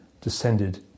descended